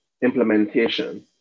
implementation